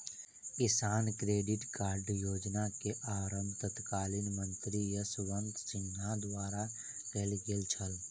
किसान credit card योजना के आरम्भ तत्कालीन मंत्री यशवंत सिन्हा द्वारा कयल गेल छल